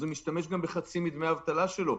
הוא משתמש בחצי מדמי האבטלה שלו,